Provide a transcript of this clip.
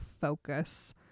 focus